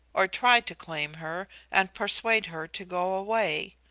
or try to claim her, and persuade her to go away.